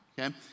okay